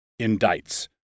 indicts